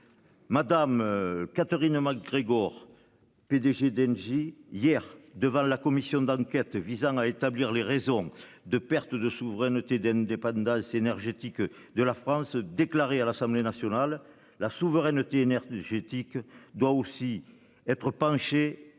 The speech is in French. Madame Catherine MacGregor PDG d'Engie hier devant la commission d'enquête visant à établir les raisons de perte de souveraineté d'indépendance énergétique de la France, déclaré à l'Assemblée nationale la souveraineté énergétique doit aussi être penchée penser